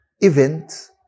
event